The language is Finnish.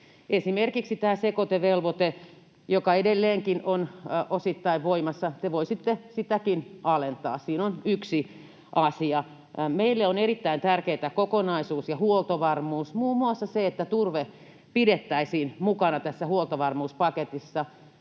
Esimerkiksi tämä sekoitevelvoite, joka edelleenkin on osittain voimassa, te voisitte sitäkin alentaa. Siinä on yksi asia. Meille on erittäin tärkeätä kokonaisuus ja huoltovarmuus, muun muassa se, että turve pidettäisiin mukana tässä huoltovarmuuspaketissa.